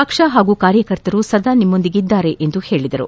ಪಕ್ಷ ಹಾಗೂ ಕಾರ್ಯಕರ್ತರು ಸದಾ ನಿಮ್ಗೊಂದಿಗಿದ್ದಾರೆ ಎಂದು ಹೇಳಿದರು